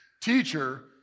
Teacher